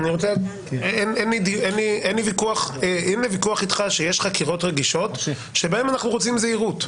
אין לי ויכוח איתך שיש חקירות רגישות שבהן אנחנו רוצים זהירות.